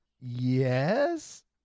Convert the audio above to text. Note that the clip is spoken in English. Yes